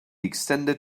extended